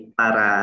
para